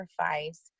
sacrifice